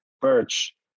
Birch